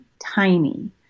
tiny